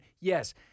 Yes